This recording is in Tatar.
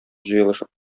җыелышып